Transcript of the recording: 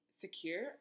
secure